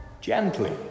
gently